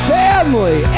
family